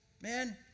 Man